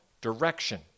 direction